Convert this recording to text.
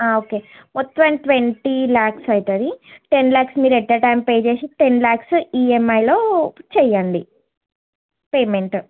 okay మొత్తం twenty lakhs అవుతుంది ten lakhs మీరు ఎట్ ఏ టైమ్ పే చేసి టెన్ లాక్స్ ఈఎమ్ఐలో చెయ్యండి పేమెంట్